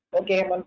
okay